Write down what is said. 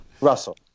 Russell